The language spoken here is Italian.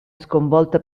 sconvolta